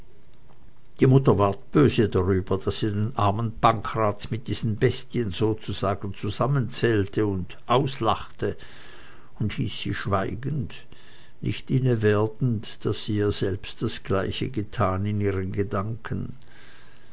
die mutter ward böse darüber daß sie den armen pankraz mit diesen bestien sozusagen zusammenzählte und auslachte und hieß sie schweigen nicht inne werdend daß sie ja selbst das gleiche getan in ihren gedanken